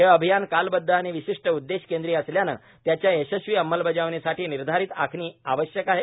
हे अभियान कालबद्ध आणि विशिष्ट उद्देशकेन्द्री असल्याने त्याच्या यशस्वी अंमलबजावणीसाठी निर्धारित आखणी आवश्यक आहे